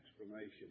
explanation